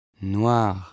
noir